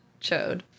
Chode